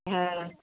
হ্যাঁ